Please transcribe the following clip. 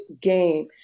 game